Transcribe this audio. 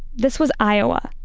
this was iowa,